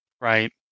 right